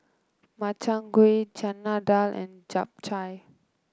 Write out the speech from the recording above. Makchang Gui Chana Dal and Japchae